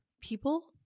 people